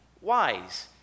wise